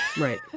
Right